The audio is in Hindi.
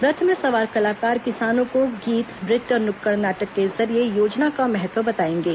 रथ में सवार कलाकार किसानों को गीत नृत्य और नुक्कड़ नाटक के जरिए योजना का महत्व बताएंगे